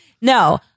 No